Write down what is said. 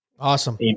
Awesome